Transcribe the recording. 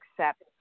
accept